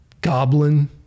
Goblin